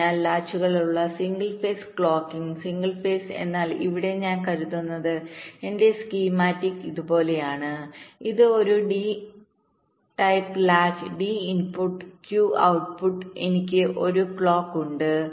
അതിനാൽ ലാച്ചുകളുള്ള single phase clocking single phase എന്നാൽ ഇവിടെ ഞാൻ കരുതുന്നത് എന്റെ സ്കീമാറ്റിക് ഇതുപോലെയാണ് ഇത് ഒരു D type latch D input Q output എനിക്ക് ഒരു ക്ലോക്ക് ഉണ്ട്